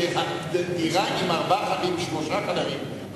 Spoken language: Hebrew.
דירה עם ארבעה חדרים ושלושה חדרים,